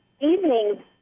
evening